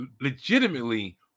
legitimately